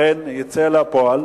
אכן יצא לפועל.